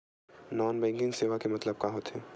Non banking सेवा के मतलब का होथे?